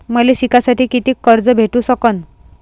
मले शिकासाठी कितीक कर्ज भेटू सकन?